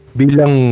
bilang